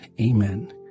Amen